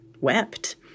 wept